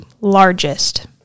largest